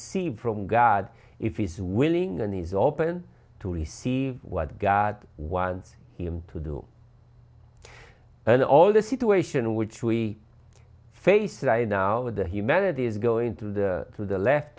receive from god if he's willing and he's open to receive what god wants him to do and all the situation which we face right now that humanity is going to the to the left